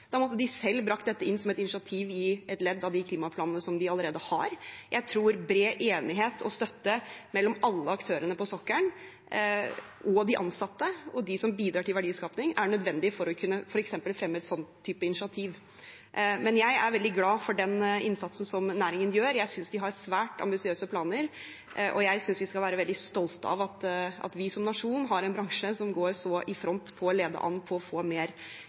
Da måtte de selv ha brakt dette inn som et initiativ i et ledd i de klimaplanene som de allerede har. Jeg tror at bred enighet og støtte mellom alle aktørene på sokkelen, de ansatte og de som bidrar til verdiskaping, er nødvendig for å kunne fremme f.eks. en slik type initiativ. Men jeg er veldig glad for den innsatsen som næringen gjør. Jeg synes de har svært ambisiøse planer, og jeg synes vi skal være veldig stolte av at vi som nasjon har en bransje som går så i front i å lede an for å få en mer